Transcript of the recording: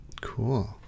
Cool